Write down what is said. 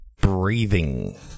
Breathing